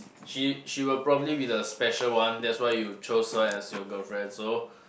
she she will probably be the special one that's why you chose her as your girlfriend so